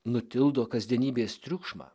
nutildo kasdienybės triukšmą